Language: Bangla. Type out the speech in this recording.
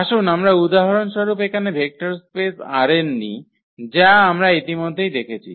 আসুন আমরা উদাহরণস্বরূপ এখানে ভেক্টর স্পেস ℝ𝑛 নিই যা আমরা ইতিমধ্যেই দেখেছি